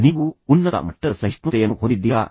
ನೀವು ಉನ್ನತ ಮಟ್ಟದ ಸಹಿಷ್ಣುತೆಯನ್ನು ಹೊಂದಿದ್ದೀರಾ